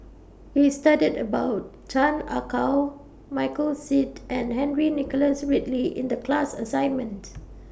We studied about Chan Ah Kow Michael Seet and Henry Nicholas Ridley in The class assignments